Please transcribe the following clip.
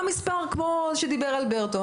גם עניין כמו שדיבר עליו אלברטו,